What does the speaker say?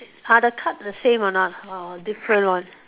are the cards the same or not or different one